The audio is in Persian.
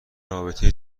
رابطه